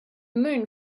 moon